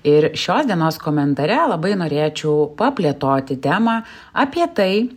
ir šios dienos komentare labai norėčiau paplėtoti temą apie tai